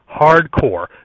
hardcore